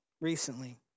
recently